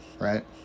right